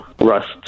Rust